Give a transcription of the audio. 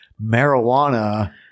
marijuana